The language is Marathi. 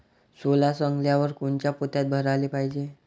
सोला सवंगल्यावर कोनच्या पोत्यात भराले पायजे?